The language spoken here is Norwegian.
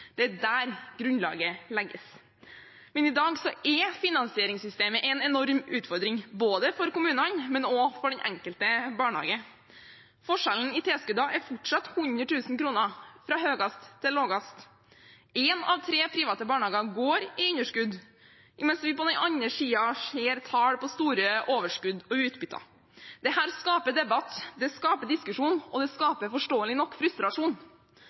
Det er der grunnlaget legges. Men i dag er finansieringssystemet en enorm utfordring, både for kommunene og for den enkelte barnehage. Forskjellen i tilskudd er fortsatt 100 000 kr fra høyest til lavest. Én av tre private barnehager går i underskudd, mens vi på den andre siden ser tall på store overskudd og utbytter. Dette skaper debatt, det skaper diskusjon, og det skaper forståelig nok frustrasjon.